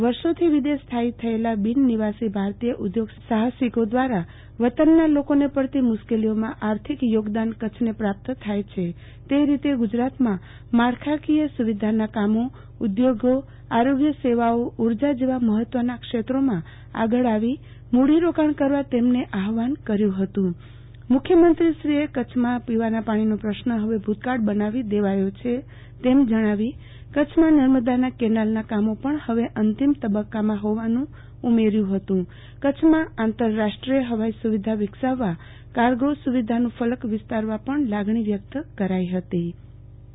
વર્ષોથી વિદેશ સ્થાઇ થયેલા બિનનિવાસી ભારતીય ઉદ્યોગ સાહસિકો દ્વારા વતનના લોકોને પડતી મુશ્કેલીઓમાં આર્થિક યોગદાન કચ્છને પ્રાપ્ત થાય છે તે રીતે ગુજરાતમાં માળખાકીય સુવિધાના કામો ઉદ્યોગો આરોગ્ય સેવાઓ ઉર્જા જેવા મહત્વના ક્ષેત્રોમાં આગળ આવી મૂ ડીરોકાણ કરવા તેમણે આહવાન કર્યુ હતું મુ ખ્યમંત્રીએ કચ્છમાં પીવાના પાણીનો પ્રશ્ન હવે ભૂ તકાળ બનાવી દેવાયો છે તેમ જણાવી કચ્છમાં નર્મદા કેનાલના કામો પણ હવે અંતિમ તબકકામાં હોવાનું ઉમેર્યું હતું કચ્છમાં આંતર રાષ્ટ્રીય હવાઇ સુવિધા વિકસાવવા કાર્ગો સુવિધાનું ફલક વિસ્તારવા પણ લાગણી વ્યકત કરાઇ હતી આરતીબેન ભદ્દ જી